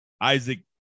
Isaac